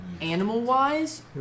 animal-wise